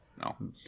no